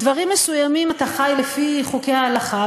בדברים מסוימים אתה חי לפי חוקי ההלכה,